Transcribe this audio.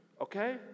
okay